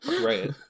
Right